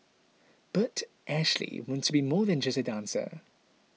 but Ashley wants to be more than just a dancer